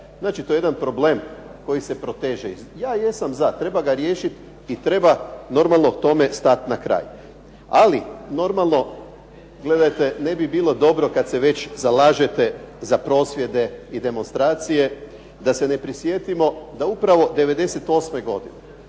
tisuća, to je jedan problem koji se proteže. Ja jesam za, treba ga riješiti i treba normalno tome stati na kraj, ali normalno ne bi bilo dobro kada se već zalažete za prosvjede i demonstracije da se ne prisjetimo da upravo 98. godine